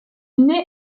naît